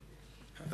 בבקשה.